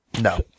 No